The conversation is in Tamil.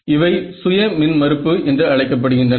இவை சுய மின்மறுப்பு என்று அழைக்கப் படுகின்றன